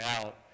out